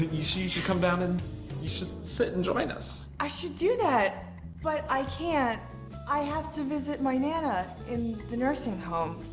you should you should come down, you should sit and join us. i should do that but i can't i have to visit my nana in the nursing home.